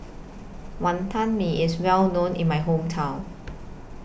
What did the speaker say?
Wantan Mee IS Well known in My Hometown